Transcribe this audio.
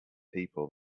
people